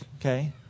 okay